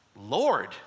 Lord